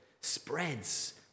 spreads